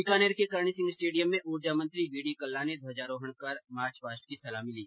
बीकानेर के करणी सिंह स्टेडियम में ऊर्जामंत्री बीडी कल्ला ने ध्वजारोहण कर मार्च पास्ट की सलामी ली